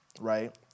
right